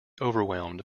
overwhelmed